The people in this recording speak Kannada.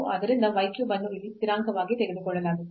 ಆದ್ದರಿಂದ y cube ಅನ್ನು ಇಲ್ಲಿ ಸ್ಥಿರಾಂಕವಾಗಿ ತೆಗೆದುಕೊಳ್ಳಲಾಗುತ್ತದೆ